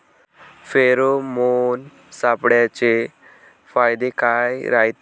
Pheromone सापळ्याचे फायदे काय रायते?